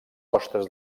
costes